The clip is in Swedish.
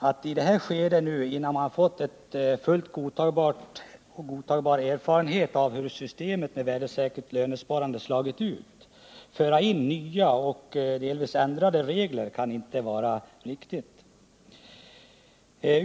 Att i det här skedet — innan man fått fullt godtagbara erfarenheter av hur systemet med värdesäkert lönsparande slagit ut — föra in nya och delvis ändrade regler kan inte vara riktigt.